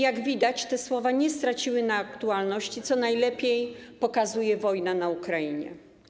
Jak widać, te słowa nie straciły na aktualności, co najlepiej pokazuje wojna na Ukrainie.